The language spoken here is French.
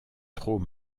trop